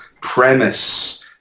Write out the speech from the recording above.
premise